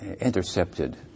intercepted